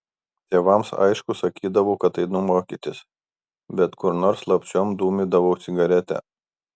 tėvams aišku sakydavau kad einu mokytis bet kur nors slapčiom dūmydavau cigaretę